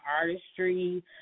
artistry